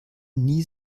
nie